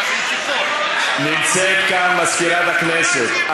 נמצאת כאן מזכירת הכנסת.